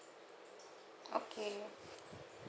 okay